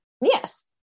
Yes